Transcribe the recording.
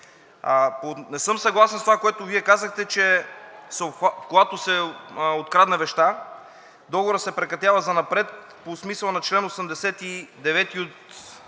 Не съм съгласен с това, което Вие казахте, че когато се открадне вещта, договорът се прекратява занапред по смисъла на чл. 89 от